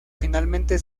finalmente